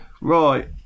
Right